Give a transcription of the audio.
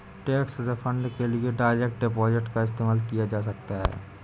tax refund के लिए direct deposit का इस्तेमाल किया जा सकता हैं